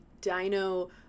dino